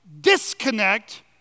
disconnect